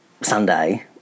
Sunday